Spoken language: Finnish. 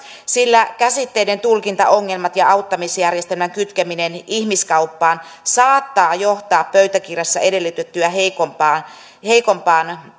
sillä käsitteiden tulkintaongelmat ja auttamisjärjestelmän kytkeminen ihmiskauppaan saattavat johtaa pöytäkirjassa edellytettyä heikompaan